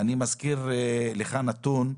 אני מזכיר לך נתון,